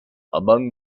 among